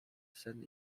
sen